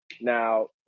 now